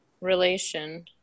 relation